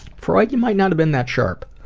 freud you might not of been that sharp.